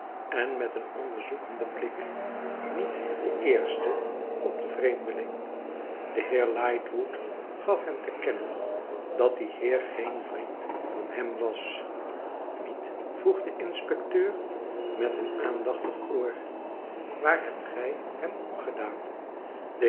en met een onderzoekenden blik niet den eersten op den vreemdeling de heer lightwood gaf hem te kennen dat die heer geen vriend van hem was niet vroeg de inspecteur met een aandachtig oor waar hebt gij hem opgedaan